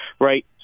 right